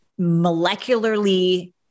molecularly